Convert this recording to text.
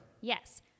Yes